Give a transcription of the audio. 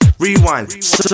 Rewind